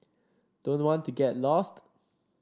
don't want to get lost